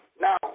Now